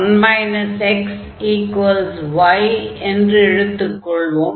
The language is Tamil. ஆகையால் 1 xy என்று எடுத்துக் கொள்வோம்